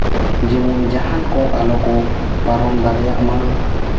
ᱡᱮᱢᱚᱱ ᱡᱟᱦᱟᱱ ᱠᱚ ᱟᱞᱚ ᱠᱚ ᱯᱟᱨᱚᱢ ᱫᱟᱲᱮᱭᱟᱜ ᱢᱟ